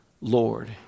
Lord